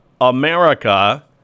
America